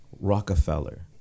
Rockefeller